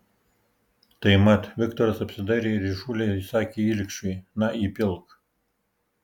tai mat viktoras apsidairė ir įžūliai įsakė ilgšiui na įpilk